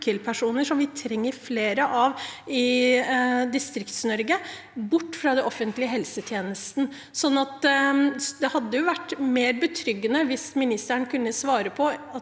vi trenger flere av i Distrikts-Norge, bort fra den offentlige helsetjenesten. Det hadde vært mer betryggende hvis statsråden kunne svare på